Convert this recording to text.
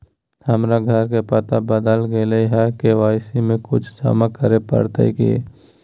हमर घर के पता बदल गेलई हई, के.वाई.सी में कुछ जमा करे पड़तई की?